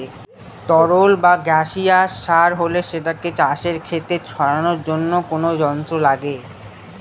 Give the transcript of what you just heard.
তরল বা গাসিয়াস সার হলে সেটাকে চাষের খেতে ছড়ানোর জন্য কোনো যন্ত্র লাগে